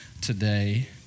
today